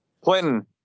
Clinton